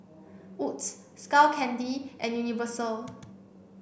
Wood's Skull Candy and Universal